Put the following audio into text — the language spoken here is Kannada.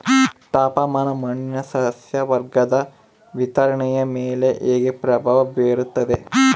ತಾಪಮಾನ ಮಣ್ಣಿನ ಸಸ್ಯವರ್ಗದ ವಿತರಣೆಯ ಮೇಲೆ ಹೇಗೆ ಪ್ರಭಾವ ಬೇರುತ್ತದೆ?